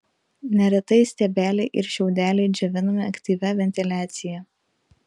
neretai stiebeliai ir šiaudeliai džiovinami aktyvia ventiliacija